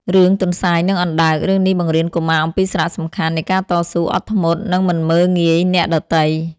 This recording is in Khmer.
រឿងទន្សាយនិងអណ្ដើក រឿងនេះបង្រៀនកុមារអំពីសារៈសំខាន់នៃការតស៊ូ អត់ធ្មត់ និងមិនមើលងាយអ្នកដទៃ។